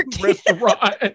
restaurant